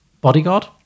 bodyguard